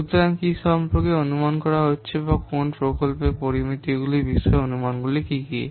সুতরাং কী সম্পর্কে অনুমান করা হচ্ছে বা কোন প্রকল্পের পরামিতিগুলির বিষয়ে অনুমানগুলি কী